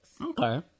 Okay